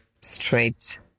straight